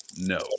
no